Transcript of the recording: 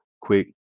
quick